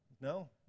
No